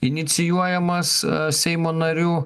inicijuojamas seimo nariu